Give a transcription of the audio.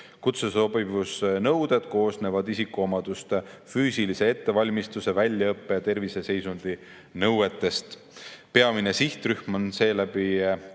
Kutsesobivusnõuded koosnevad isikuomaduste, füüsilise ettevalmistuse, väljaõppe- ja terviseseisundinõuetest. Peamine sihtrühm on seeläbi